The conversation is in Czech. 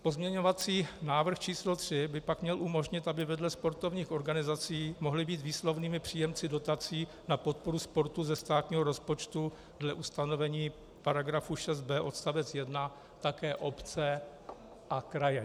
Pozměňovací návrh číslo 3 by pak měl umožnit, aby vedle sportovních organizací mohly být výslovnými příjemci dotací na podporu sportu ze státního rozpočtu dle ustanovení § 6b odst. 1 také obce a kraje.